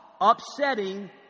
upsetting